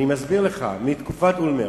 אני מסביר לך, מתקופת אולמרט.